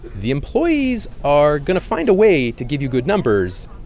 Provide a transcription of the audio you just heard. the employees are going to find a way to give you good numbers.